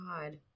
God